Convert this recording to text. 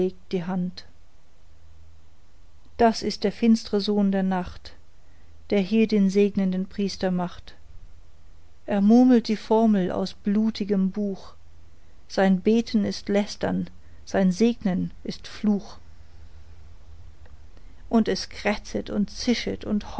die hand das ist der finstre sohn der nacht der hier den segnenden priester macht er murmelt die formel aus blutigem buch sein beten ist lästern sein segnen ist fluch und es krächzet und zischet und